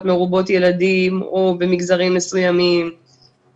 מרובות ילדים או במגזרים מסוימים,